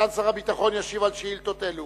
אוקיי, סגן שר הביטחון ישיב על שאילתות אלה: